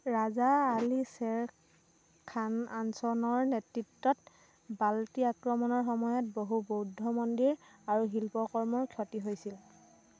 ৰাজা আলী শ্বেৰ খান আঞ্চনৰ নেতৃত্বত বাল্টি আক্ৰমণৰ সময়ত বহু বৌদ্ধ মন্দিৰ আৰু শিল্পকৰ্মৰ ক্ষতি হৈছিল